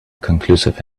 conclusive